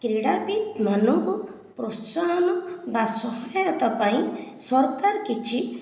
କ୍ରୀଡ଼ାବିତ ମାନଙ୍କୁ ପ୍ରୋତ୍ସାହନ ବା ସହାୟତା ପାଇଁ ସରକାର କିଛି